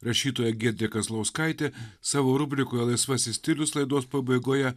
rašytoja giedrė kazlauskaitė savo rubrikoje laisvasis stilius laidos pabaigoje